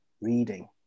reading